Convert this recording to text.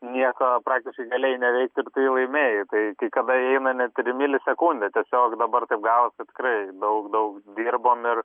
nieko praktiškai galėjai neveikt ir tu jį laimėjai tai kai kada įeina net ir į milisekundės tiesiog dabar taip gavos kad tikrai daug daug dirbom ir